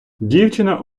дівчина